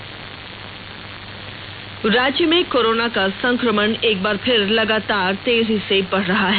राज्य कोरोना राज्य में कोरोना का संक्रमण एक बार फिर लगातार तेजी से बढ रहा है